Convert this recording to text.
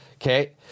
Okay